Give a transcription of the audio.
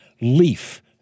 leaf